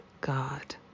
God